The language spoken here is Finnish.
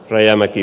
rajamäki